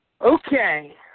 Okay